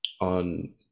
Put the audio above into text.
on